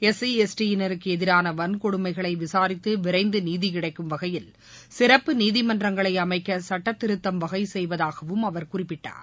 SC எஸ்டியினருக்கு எதிரான வன்கொடுமைகளை விசாரித்து விரைந்து நீதி கிடைக்கும் வகையில் சிறப்பு நீதிமன்றங்களை அமைக்க சட்டத்திருத்தம் வகை செய்வதாகவும் அவர் குறிப்பிட்டார்